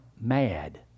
mad